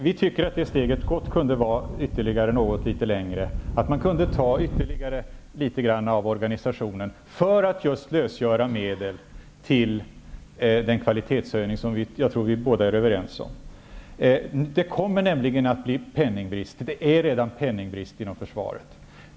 Vi tycker att det steget gott hade kunnat vara något längre, att man hade kunnat ta ytterligare litet av organisationen för att just lösgöra medel till den kvalitetshöjning som jag tror att vi är överens om. Det kommer nämligen att bli penningbrist -- och det är redan penningbrist inom försvaret.